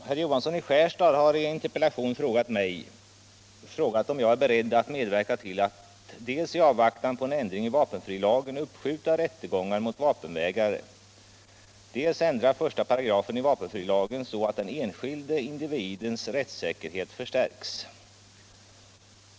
Herr talman! Herr Johansson i Skärstad har i en interpellation frågat om jag är beredd att medverka till att dels i avvaktan på en ändring i vapenfrilagen uppskjuta rättegångar mot vapenvägrare, dels ändra 1§ vapenfrilagen, så att den enskilde individens rättssäkerhet förstärks.